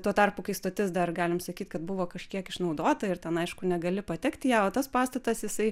tuo tarpu kai stotis dar galim sakyt kad buvo kažkiek išnaudota ir ten aišku negali patekt į ją o tas pastatas jisai